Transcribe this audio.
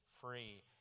free